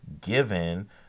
given